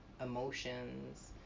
emotions